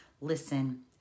listen